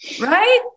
right